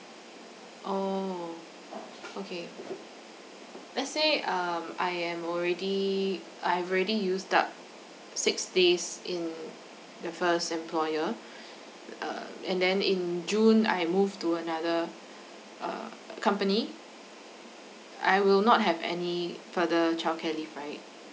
oh okay let's say um I am already I've already used the six days in the first employer uh and then in june I move to another uh company I will not have any further childcare leave right